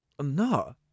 No